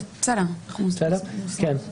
רק